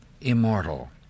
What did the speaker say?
immortal